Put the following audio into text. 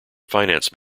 finance